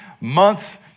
months